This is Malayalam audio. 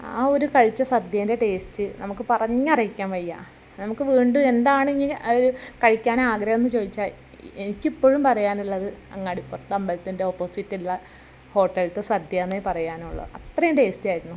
ആ ഒരു കഴിച്ച സദ്യയിൻ്റെ ടേസ്റ്റ് നമുക്ക് പറഞ്ഞറിയിക്കാൻ വയ്യ നമുക്ക് വീണ്ടും എന്താണിനി അവർ കഴിക്കാനാഗ്രഹം എന്ന് ചോദിച്ചാൽ എനിക്കിപ്പോഴും പറയാനുള്ളത് അങ്ങാടിപ്പുറത്തെ അമ്പലത്തിൻ്റെ ഓപ്പോസിറ്റുള്ള ഹോട്ടലിലത്തെ സദ്യയെന്നേ പറയാനുള്ളൂ അത്രയും ടേസ്റ്റിയായിരുന്നു